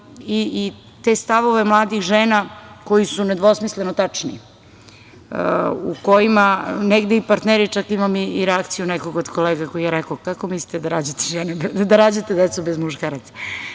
i te stavove mladih žena koji su nedvosmisleno tačni, u kojima negde i partneri, čak imam i neku reakciju od kolega koji je rekao – kako mislite da rađate decu bez muškaraca.